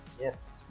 Yes